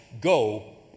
go